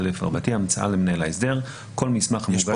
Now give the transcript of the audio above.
159כאהמצאה למנהל ההסדר כל מסמך המוגש